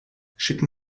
schicken